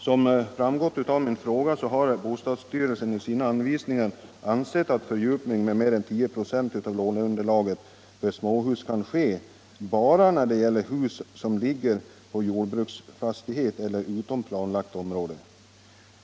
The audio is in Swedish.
Som framgått av min fråga har bostadsstyrelsen i sina anvisningar angivit att fördjupning med mera än 10 96 av låneunderlaget för småhus kan ske enbart när det gäller hus som ligger på jordbruksfastighet eller utom planlagt område.